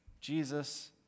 Jesus